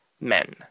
men